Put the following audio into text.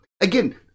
again